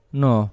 no